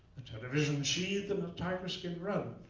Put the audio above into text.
a television sheathed in a tiger-skin rug,